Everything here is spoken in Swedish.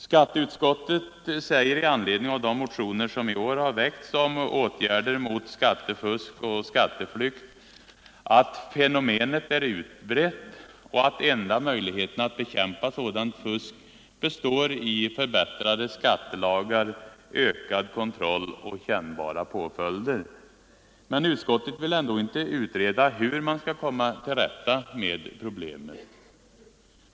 Skatteutskottet säger i anledning av de motioner som i år väckts om åtgärder mot skattefusk och skatteflykt, att fenomenet är utbrett och att enda möjligheten att bekämpa sådant fusk består i förbättrade skattelagar, ökad kontroll och kännbara påföljder. Men utskottet vill ändå inte utreda hur man skall komma till rätta med problemet.